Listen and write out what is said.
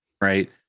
right